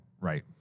Right